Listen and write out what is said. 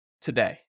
today